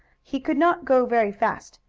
he could not go very fast,